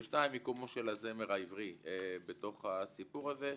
ושתיים, מיקומו של הזמר העברי בסיפור הזה,